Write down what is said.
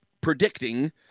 predicting